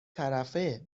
طرفه